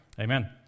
Amen